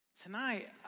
Tonight